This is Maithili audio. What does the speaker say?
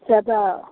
से तऽ